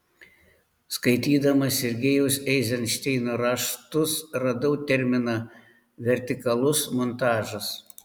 skaitydama sergejaus eizenšteino raštus radau terminą vertikalus montažas